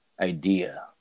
idea